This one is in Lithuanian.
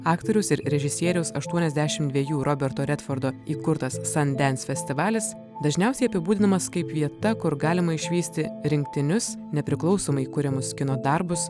aktoriaus ir režisieriaus aštuoniasdešimt dvejų roberto redfordo įkurtas sandens festivalis dažniausiai apibūdinamas kaip vieta kur galima išvysti rinktinius nepriklausomai kuriamus kino darbus